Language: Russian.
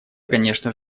конечно